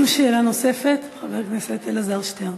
שאלה נוספת, חבר הכנסת אלעזר שטרן.